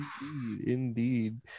indeed